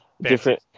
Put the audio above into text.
different